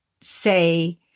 say